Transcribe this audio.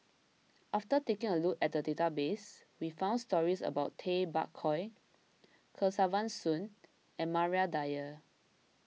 after taking a look at the database we found stories about Tay Bak Koi Kesavan Soon and Maria Dyer